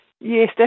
Yes